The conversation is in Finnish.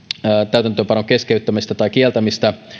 täytäntöönpanon keskeyttämistä tai kieltämistä